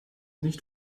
nicht